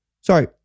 sorry